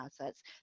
assets